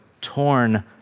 torn